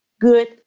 good